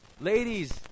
Ladies